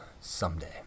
Someday